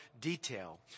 detail